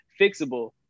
fixable